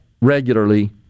regularly